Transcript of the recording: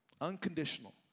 unconditional